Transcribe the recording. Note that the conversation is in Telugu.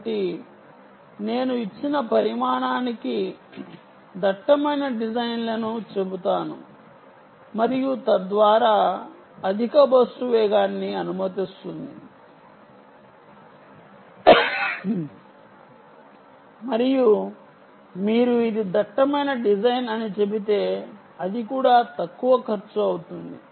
కాబట్టి నేను ఇచ్చిన పరిమాణానికి దట్టమైన డిజైన్లను చెబుతాను మరియు తద్వారా అధిక బస్సు వేగాన్ని అనుమతిస్తుంది మరియు మీరు ఇది దట్టమైన డిజైన్ అని చెబితే అది కూడా తక్కువ ఖర్చు అవుతుంది